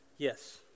Yes